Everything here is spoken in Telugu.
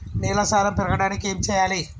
నేల సారం పెరగడానికి ఏం చేయాలి?